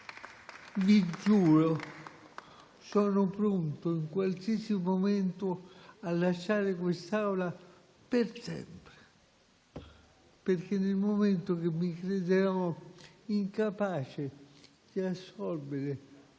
Vi giuro che sono pronto in qualsiasi momento a lasciare quest'Aula per sempre perché, nel momento in cui mi crederò incapace di assolvere